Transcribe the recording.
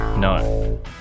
No